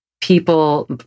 people